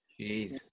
Jeez